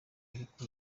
ariko